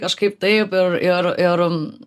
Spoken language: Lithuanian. kažkaip taip ir ir ir